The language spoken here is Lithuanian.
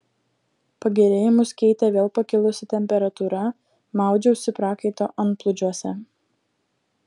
pagerėjimus keitė vėl pakilusi temperatūra maudžiausi prakaito antplūdžiuose